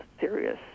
serious